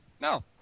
No